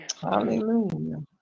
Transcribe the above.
Hallelujah